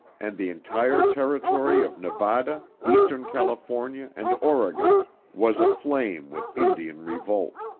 and the entire territory of nevada, eastern california and oregon was aflame with indian revolt.